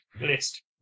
list